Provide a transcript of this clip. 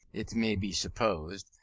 it may be supposed,